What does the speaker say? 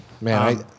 Man